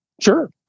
Sure